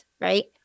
right